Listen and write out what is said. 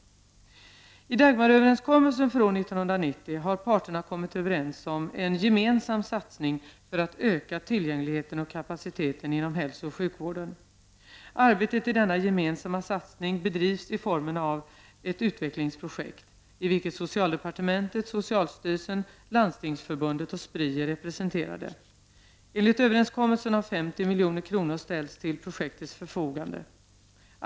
I Dagmaröverenskommelsen för år 1990 har parterna kommit överens om en gemensam satsning för att öka tillgängligheten och kapaciteten inom hälsooch sjukvården. Arbetet i denna gemensamma satsning bedrivs i formen av ett utvecklingsprojekt i vilket socialdepartementet, socialstyrelsen, Landstingsförbundet och SPRI är representerade. Enligt överenskommelsen har 50 milj.kr. ställts till projektets förfogande.